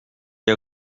les